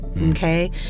okay